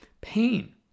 pain